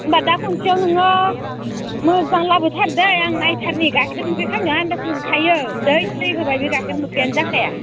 होमब्ला दा खनसेयाव नोङो मोजां लाबोथार दै आं नायथारनि गाइखेर मोखै खामनायाव आन्दास मोनखायो जै दै होबाय बे गाइखेर मोखैआनो जाखाया